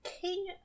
King